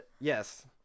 yes